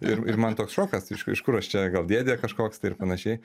ir ir man toks šokas iš iš kažkur aš čia gal dėdė kažkoks tai ir panašiai